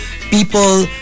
people